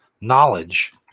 knowledge